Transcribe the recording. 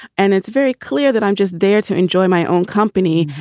and it's very clear that i'm just there to enjoy my own company.